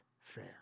fair